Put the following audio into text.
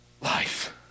life